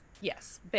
Yes